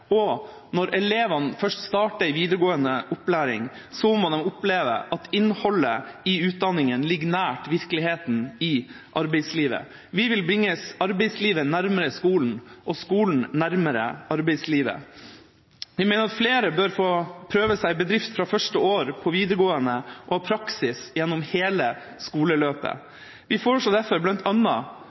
og når elevene først starter i videregående opplæring, må de oppleve at innholdet i utdanninga ligger nær virkeligheten i arbeidslivet. Vi vil bringe arbeidslivet nærmere skolen og skolen nærmere arbeidslivet. Vi mener at flere bør få prøve seg i bedrift fra første år på videregående og ha praksis gjennom hele skoleløpet. Vi foreslår derfor